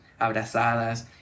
abrazadas